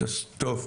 טוב,